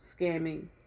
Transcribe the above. scamming